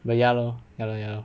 but ya lor ya lor